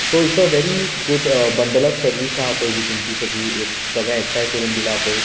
so it's a very good bundle of service आसा पळय ही तुमची सगळी सगळें एकठांय करून दिलां पळय